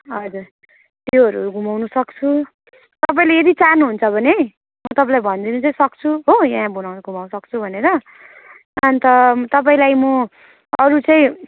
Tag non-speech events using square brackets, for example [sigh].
हजुर त्योहरू घुमाउनुसक्छु तपाईँले यदि चाहनुहुन्छ भने म तपाईँलाई भनिदिनु चाहिँ सक्छु हो यहाँ [unintelligible] घुमाउनु सक्छु भनेर अन्त तपाईँलाई म अरू चाहिँ